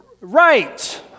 right